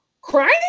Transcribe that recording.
crying